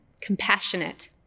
Compassionate